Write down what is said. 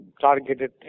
Targeted